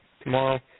tomorrow